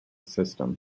system